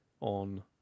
on